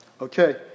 Okay